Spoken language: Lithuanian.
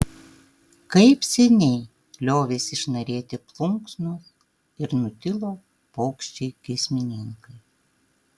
kaip seniai liovėsi šnarėti plunksnos ir nutilo paukščiai giesmininkai